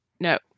no